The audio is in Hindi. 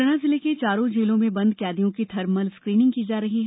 मुरैना जिले के चारों जेलों में बंद कैदियों की थर्मल स्क्रीनिंग की ज रही है